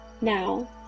Now